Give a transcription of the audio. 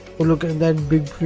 oh look at that big